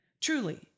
Truly